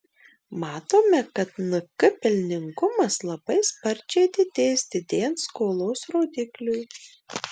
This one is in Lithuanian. matome kad nk pelningumas labai sparčiai didės didėjant skolos rodikliui